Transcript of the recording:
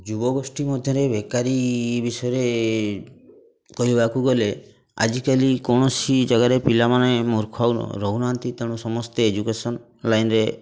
ଯୁବଗୋଷ୍ଠୀ ମଧ୍ୟରେ ବେକାରୀ ବିଷୟରେ କହିବାକୁ ଗଲେ ଆଜିକାଲି କୌଣସି ଜାଗାରେ ପିଲାମାନେ ମୁର୍ଖ ଆଉ ରହୁନାହାନ୍ତି ତେଣୁ ସମସ୍ତେ ଏଜୁକେସନ୍ ଲାଇନ୍ରେ